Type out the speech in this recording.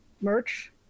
merch